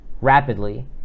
rapidly